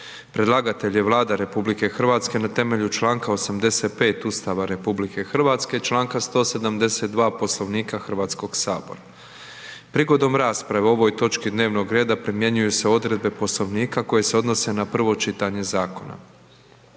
Predlagatelj je Vlada RH na temelju Članka 85. Ustava RH i Članka 172. Poslovnika Hrvatskog sabora. Prigodom rasprave o ovoj točki dnevnog reda primjenjuju se odredbe Poslovnika koje se odnose na prvo čitanje zakona.